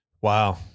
Wow